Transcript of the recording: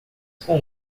com